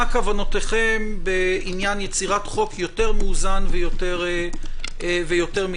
כוונותיכם בעניין יצירת חוק יותר מאוזן ויותר מידתי.